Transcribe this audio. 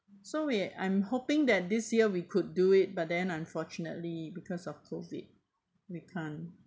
so we I'm hoping that this year we could do it but then unfortunately because of COVID we can't